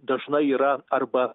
dažnai yra arba